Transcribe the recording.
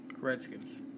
Redskins